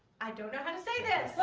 i don't know how to say this